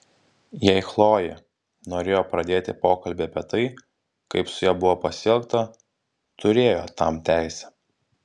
jei chlojė norėjo pradėti pokalbį apie tai kaip su ja buvo pasielgta turėjo tam teisę